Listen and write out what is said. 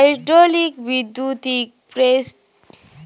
hydraulic বৈদ্যুতিক sprayer দিয়ে কীটনাশক আর পেস্টিসাইড জমিতে ছড়ান হয়